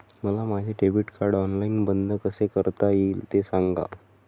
मला माझे debit card online बंद कसे करता येईल, ते सांगा